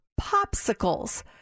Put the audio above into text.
popsicles